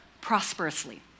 prosperously